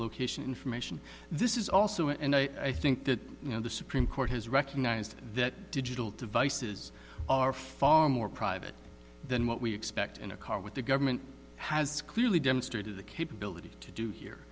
location information this is also and i think that you know the supreme court has recognized that digital devices are far more private than what we expect in a car with the government has clearly demonstrated the capability to do here